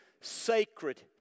sacred